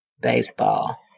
baseball